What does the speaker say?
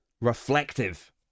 Reflective